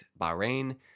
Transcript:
Bahrain